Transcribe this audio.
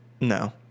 No